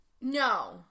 No